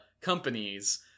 companies